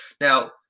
Now